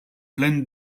pleine